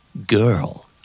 Girl